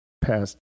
past